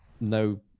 no